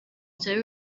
byaba